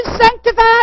sanctified